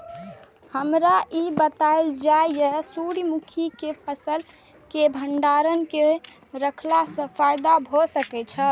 हमरा ई बतायल जाए जे सूर्य मुखी केय फसल केय भंडारण केय के रखला सं फायदा भ सकेय छल?